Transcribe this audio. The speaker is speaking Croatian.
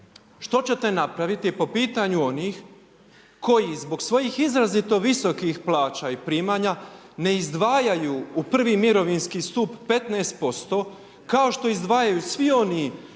što ćete napraviti po pitanju onih koji zbog svojih izrazito visokih plaća i primanja ne izdvajaju u prvi mirovinski stup 15%, kao što izdvajaju svi oni